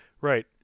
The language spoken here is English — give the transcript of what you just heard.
Right